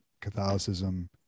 Catholicism